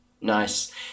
Nice